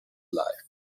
life